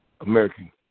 American